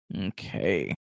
Okay